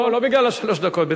לא בגלל שלוש הדקות.